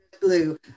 blue